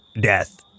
death